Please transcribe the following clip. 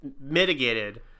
mitigated